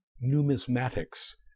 Numismatics